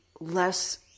less